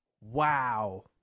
Wow